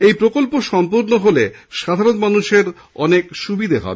এই প্রকল্প সম্পূর্ণ হলে সাধারণ মানুষের অনেক সুবিধা হবে